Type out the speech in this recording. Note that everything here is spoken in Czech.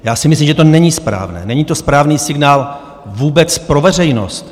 Já si myslím, že to není správné, není to správný signál vůbec pro veřejnost.